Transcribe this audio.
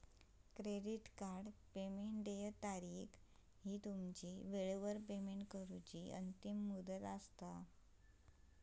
credit card payment देय तारीख ह्या तुमची वेळेवर पेमेंट करूची अंतिम मुदत असा